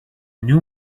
new